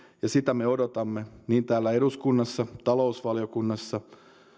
ja sitä me odotamme täällä eduskunnassa talousvaliokunnassa